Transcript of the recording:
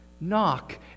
knock